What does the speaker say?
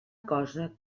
cosa